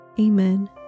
Amen